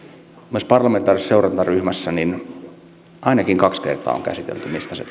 myös parlamentaarisessa seurantaryhmässä ainakin kaksi kertaa on käsitelty mistä se